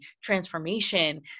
transformation